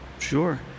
Sure